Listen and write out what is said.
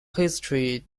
history